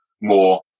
more